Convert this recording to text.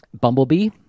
Bumblebee